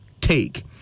take